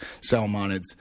salmonids